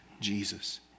Jesus